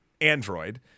android